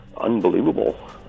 unbelievable